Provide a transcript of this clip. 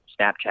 Snapchat